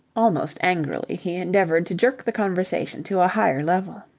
almost angrily he endeavoured to jerk the conversation to a higher level.